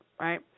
right